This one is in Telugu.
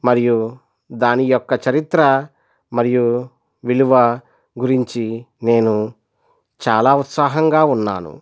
మరియు దాని యొక్క చరిత్ర మరియు విలువ గురించి నేను చాలా ఉత్సాహంగా ఉన్నాను